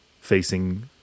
facing